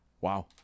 Wow